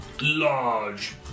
large